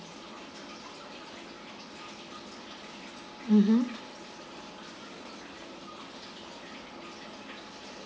mmhmm